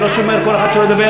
אני לא שומר כל אחד שמדבר,